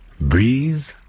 Breathe